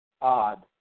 odd